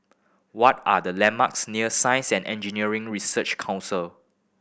what are the landmarks near Science and Engineering Research Council